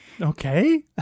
Okay